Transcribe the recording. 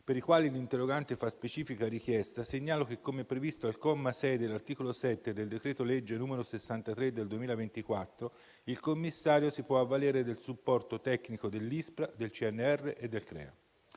per i quali l'interrogante fa specifica richiesta, segnalo che - come previsto al comma 6 dell'articolo 7 del decreto-legge n. 63 del 2024 - il Commissario si può avvalere del supporto tecnico dell'ISPRA, del CNR e del CREA.